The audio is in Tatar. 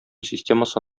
системасы